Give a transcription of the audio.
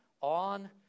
on